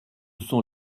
sont